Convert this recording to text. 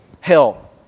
hell